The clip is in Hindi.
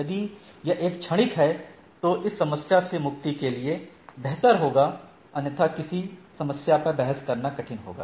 यदि यह एक क्षणिक है तो इस समस्या से मुक्ति के लिए बेहतर होगा अन्यथा किसी समस्या पर बहस करना कठिन होगा